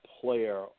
player